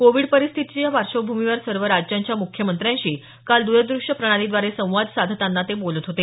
Covid परिस्थितीच्या पार्श्वभूमीवर सर्व राज्यांच्या मुख्यमंत्र्यांशी काल द्रदृश्य प्रणालीद्वारे संवाद साधताना ते बोलत होते